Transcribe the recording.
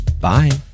Bye